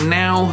now